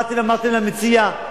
באתם ואמרתם למציע: